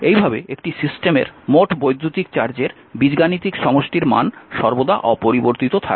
এইভাবে একটি সিস্টেমের মোট বৈদ্যুতিক চার্জের বীজগাণিতিক সমষ্টির মান সর্বদা অপরিবর্তিত থাকে